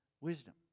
wisdom